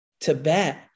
Tibet